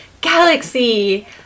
galaxy